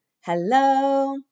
Hello